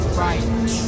right